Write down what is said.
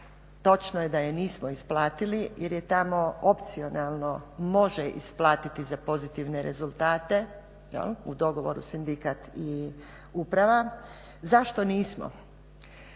točno je da je nismo isplatili, jer je tamo opcionalno može isplatiti za pozitivne rezultate u dogovoru sindikat i uprava zašto nismo